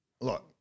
Look